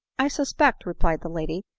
i suspect, replied the lady,